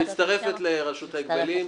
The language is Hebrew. את מצטרפת לרשות ההגבלים.